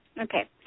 okay